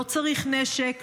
לא צריך נשק,